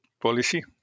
policy